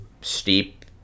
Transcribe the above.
steep